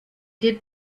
did